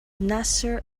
nasir